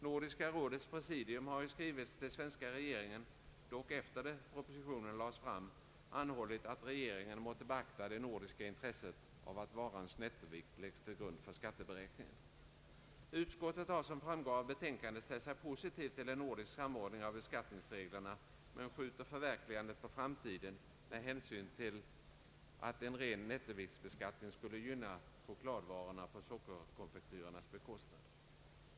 Nordiska rådets presidium har i skrivelse till svenska regeringen — dock efter det propositionen lades fram — anhållit att regeringen måtte beakta det nordiska intresset av att varans nettovikt lägges till grund för skatteberäkningen. Utskottet har som framgår av betänkandet ställt sig positivt till en nordisk samordning av = beskattningsreglerna men skjuter förverkligandet på framtiden med hänsyn till att en ren nettoviktsbeskattning skulle gynna chokladvarorna på sockerkonfektyrernas bekostnad.